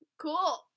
Cool